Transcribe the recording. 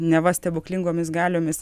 neva stebuklingomis galiomis